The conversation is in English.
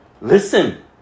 listen